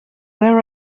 where